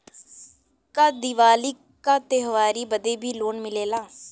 का दिवाली का त्योहारी बदे भी लोन मिलेला?